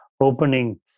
opening